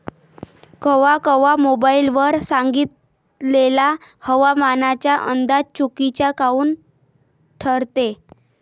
कवा कवा मोबाईल वर सांगितलेला हवामानाचा अंदाज चुकीचा काऊन ठरते?